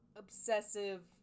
obsessive